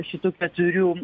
šitų keturių